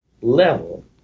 level